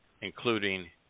including